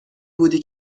بودی